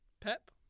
Pep